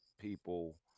people